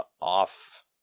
off